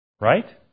Right